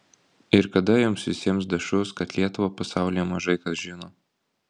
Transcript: ir kada jums visiems dašus kad lietuvą pasaulyje mažai kas žino